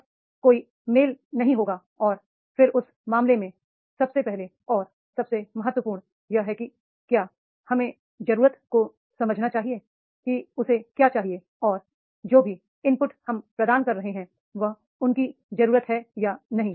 तब कोई मेल नहीं होगा और फिर उस मामले में सबसे पहले और सबसे महत्वपूर्ण यह है कि क्या हमें जरूरत को समझना चाहिए कि उसे क्या चाहिए और जो भी इनपुट हम प्रदान कर रहे हैं वह उसकी जरूरत है या नहीं